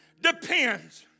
depends